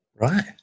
Right